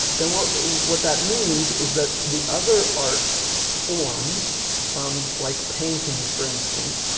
then what what that means is that the other art forms like painting for instance,